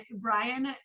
Brian